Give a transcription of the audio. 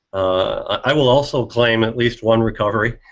i will also claim at least one recovery